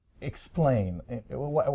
Explain